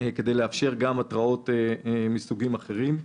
כדי לאפשר גם התרעות מסוגים אחרים.